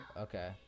Okay